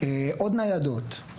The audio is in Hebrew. עוד ניידות,